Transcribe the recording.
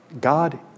God